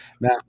Now